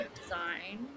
design